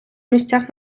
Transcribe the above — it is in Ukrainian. місцях